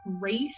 race